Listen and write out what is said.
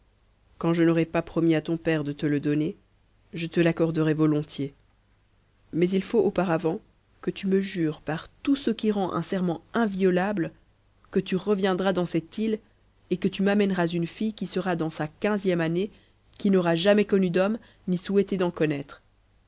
quand je n'aurais pas promis à ton père de te le donner je te l'accorderais volontiers mais il faut auparavant que tu me jures par tout ce qui rend un serment inviolable que tu reviendras dans cette me et que tu m'amèneras une c qui sera dans sa quinzième année qui n'aura jamais connu d'homme ni souhaité d'en connaître